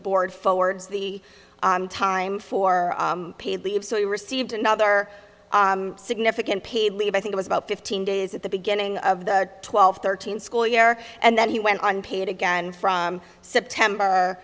board forwards the time for paid leave so he received another significant paid leave i think was about fifteen days at the beginning of the twelve thirteen school year and then he went on paid again from september